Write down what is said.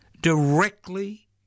directly